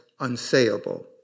unsayable